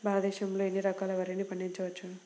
భారతదేశంలో ఎన్ని రకాల వరిని పండించవచ్చు